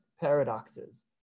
paradoxes